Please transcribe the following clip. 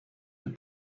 that